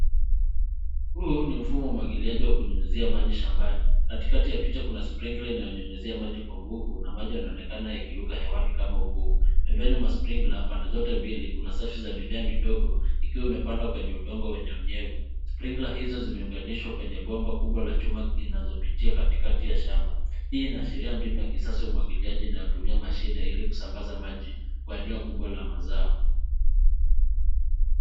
Huu ni mfumo wa umwagiliaji kunyunyuzia maji shambani. Katikati ya picha kuna sprinkler unayo nyunyuzia maji kwa nguvu na maji yanaonekana yaki ruka hewani kama ukungu. Pembeni mwa sprinkler pande zote mbili kuna safu za mimea midogo yakiwa yamepandwa kwenye udongo wenye unyevu. Sprinkler hizo zime unganishwa kwenye bomba kubwa la chuma inazopitia katikati ya shamba. Hii ina ashiria mbinu yakisasa umwagiliaji unayo tumia mashine ili kusambaza maji kwa eneo kubwa la mazao.